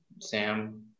Sam